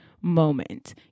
moment